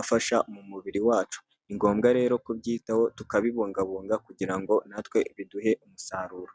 afasha mu mubiri wacu, ni ngombwa rero kubyitaho tukabibungabunga kugira ngo natwe biduhe umusaruro.